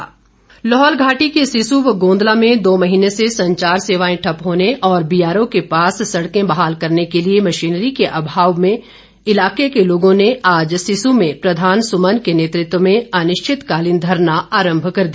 उड़ानें लाहौल घाटी के सिस्सु व गोंदला में दो महीने से संचार सेवाएं ठप्प होने और बीआरओ के पास सड़कें बहाल करने के लिए मशीनरी के अभाव के विरोध में इलाके के लोगों ने आज सिस्स में प्रधान समन के नेतृत्व में अनिश्चितकालीन धरना आरंभ कर दिया